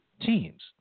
teams